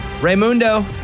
Raymundo